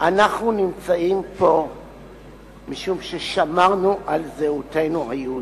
אנחנו נמצאים פה משום ששמרנו על זהותנו היהודית.